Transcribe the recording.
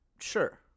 Sure